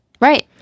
Right